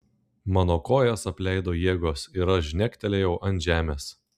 mano kojas apleido jėgos ir aš žnegtelėjau ant žemės